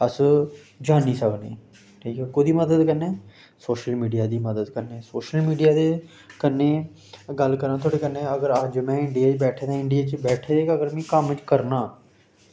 अस जानी सकने ठीक ऐ कोह्दी मदद कन्नै सोशल मीडिया दी मदद कन्नै सोशल मीडिया दे कन्नै गल्ल करांऽ थुआढ़े कन्नै अगर अस जिन्ने बी इंड़िया च बैठे दे न इंड़िया च बैठे दे अगर मीं कम्म करना